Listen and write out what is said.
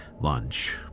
lunch